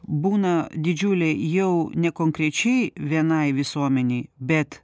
būna didžiulė jau ne konkrečiai vienai visuomenei bet